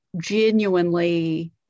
genuinely